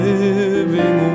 living